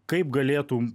kaip galėtų